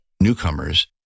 newcomers